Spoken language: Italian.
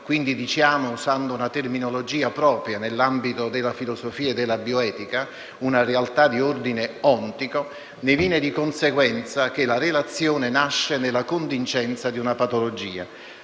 quindi, usando una terminologia propria nell'ambito della filosofia e della bioetica, una realtà di ordine ontico. Ne viene di conseguenza che la relazione nasce nella contingenza di una patologia.